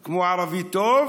כמו ערבי טוב,